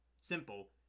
Simple